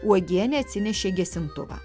uogienė atsinešė gesintuvą